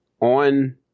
on